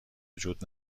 وجود